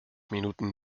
minuten